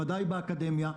בוודאי באקדמיה,